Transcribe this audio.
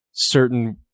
certain